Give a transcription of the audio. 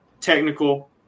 technical